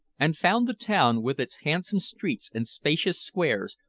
and found the town, with its handsome streets and spacious squares,